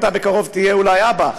אתה בקרוב תהיה אולי אבא,